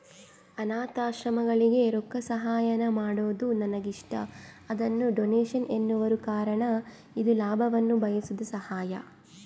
ಅನಾಥಾಶ್ರಮಗಳಿಗೆ ರೊಕ್ಕಸಹಾಯಾನ ಮಾಡೊದು ನನಗಿಷ್ಟ, ಅದನ್ನ ಡೊನೇಷನ್ ಎನ್ನುವರು ಕಾರಣ ಇದು ಲಾಭವನ್ನ ಬಯಸದ ಸಹಾಯ